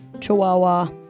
chihuahua